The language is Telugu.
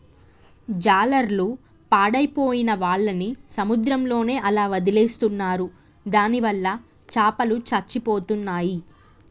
జాలర్లు పాడైపోయిన వాళ్ళని సముద్రంలోనే అలా వదిలేస్తున్నారు దానివల్ల చాపలు చచ్చిపోతున్నాయి